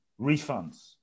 Refunds